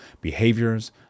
behaviors